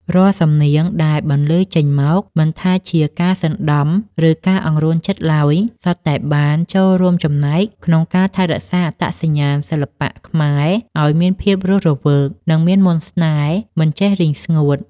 រាល់សំនៀងដែលបានបន្លឺចេញមក មិនថាជាការសណ្តំ ឬការអង្រួនចិត្តឡើយ សុទ្ធតែបានចូលរួមចំណែកក្នុងការថែរក្សាអត្តសញ្ញាណសិល្បៈខ្មែរឱ្យមានភាពរស់រវើក និងមានមន្តស្នេហ៍មិនចេះរីងស្ងួត។